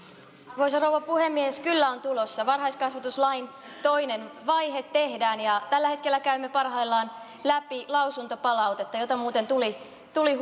arvoisa rouva puhemies kyllä on tulossa varhaiskasvatuslain toinen vaihe tehdään tällä hetkellä käymme parhaillaan läpi lausuntopalautetta jota muuten tuli tuli